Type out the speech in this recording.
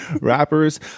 rappers